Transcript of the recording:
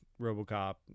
Robocop